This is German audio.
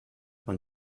man